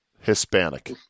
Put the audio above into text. Hispanic